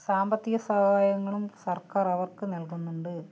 സാമ്പത്തിക സഹായങ്ങളും സർക്കാരവർക്ക് നൽകുന്നുണ്ട്